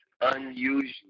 unusual